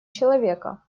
человека